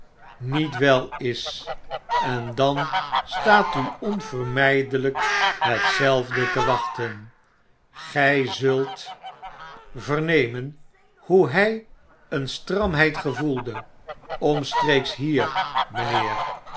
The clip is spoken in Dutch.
niet wel is en dan staat u onvermgdelgk hetzelfde te wachten gg zult vernemen hoe hij een stramheid gevoelde omstreeks hier mgnheer